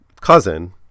cousin